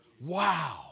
Wow